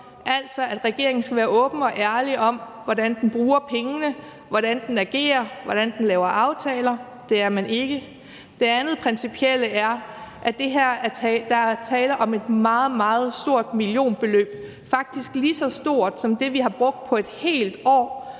altså at regeringen skal være åben og ærlig om, hvordan den bruger pengene, hvordan den agerer, hvordan den laver aftaler. Det er man ikke. Det andet principielle er, at der er tale om et meget, meget stort millionbeløb, faktisk lige så stort som det, vi har brugt på et helt år